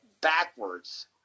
backwards